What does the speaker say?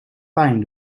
pijn